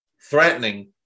threatening